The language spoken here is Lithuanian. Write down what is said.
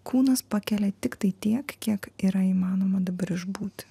kūnas pakelia tiktai tiek kiek yra įmanoma dabar išbūti